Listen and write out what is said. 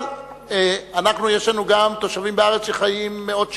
אבל יש לנו גם תושבים בארץ שחיים מאות שנים,